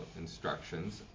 instructions